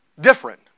different